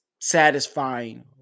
satisfying